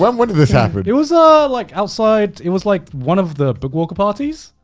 when when did this happen? it it was ah like outside. it was like one of the big woca parties.